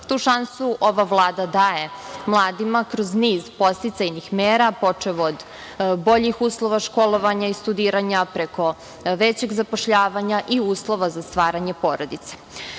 Tu šansu ova Vlada daje mladima kroz niz podsticajnih mera, počev od boljih uslova školovanja i studiranja preko većeg zapošljavanja i uslova za stvaranje porodice. Ova